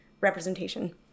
representation